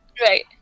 Right